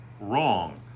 Wrong